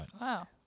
Wow